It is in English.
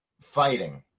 Fighting